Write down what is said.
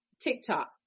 TikTok